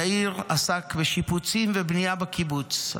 יאיר עסק בשיפוצים ובנייה בקיבוץ,